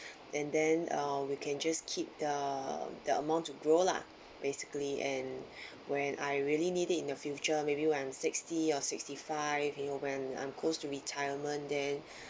and then uh we can just keep the the amount to grow lah basically and when I really need it in the future maybe when I'm sixty or sixty five you know when I'm close to retirement then I